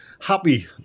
happy